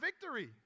victory